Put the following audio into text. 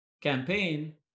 campaign